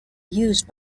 used